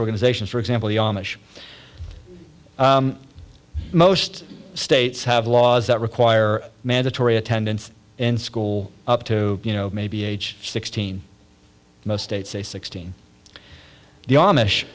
organizations for example the amish most states have laws that require mandatory attendance in school up to you know maybe age sixteen most states say sixteen the amish